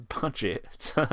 budget